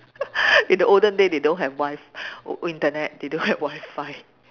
in the olden day they don't have Wi~ Internet they don't have wi-fi